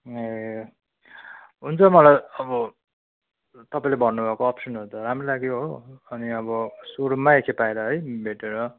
ए हुन्छ मलाई अब तपाईँले भन्नुभएको अप्सनहरू त राम्रो लाग्यो हो अनि अब सुरुमा एकखेप आएर है भेटेर